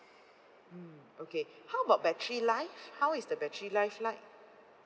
mm okay how about battery life how is the battery life like